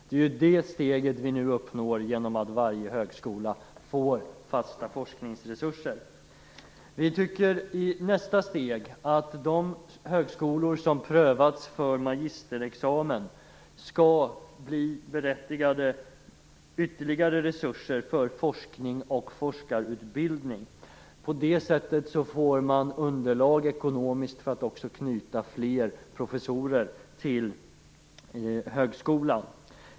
Det är det steget vi nu uppnår genom att varje högskola får fasta forskningsresurser. I nästa steg tycker vi att de högskolor som prövats för magisterexamen skall bli berättigade till ytterligare resurser för forskning och forskarutbildning. På det sättet får man ekonomiskt underlag för att också knyta fler professorer till högskolan.